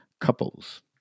couples